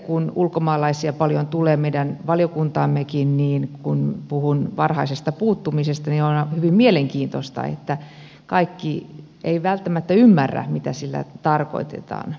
kun ulkomaalaisia paljon tulee meidän valiokuntaammekin niin kun puhun varhaisesta puuttumisesta niin onhan hyvin mielenkiintoista että kaikki eivät välttämättä ymmärrä mitä sillä tarkoitetaan